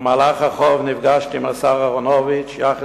במהלך החורף נפגשתי עם השר אהרונוביץ יחד